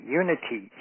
unity